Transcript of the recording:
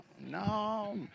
no